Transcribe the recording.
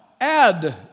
add